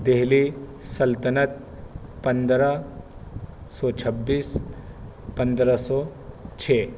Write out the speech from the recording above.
دہلی سلطنت پندرہ سو چھبیس پندرہ سو چھ